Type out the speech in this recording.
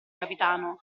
capitano